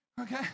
Okay